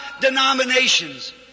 denominations